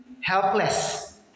helpless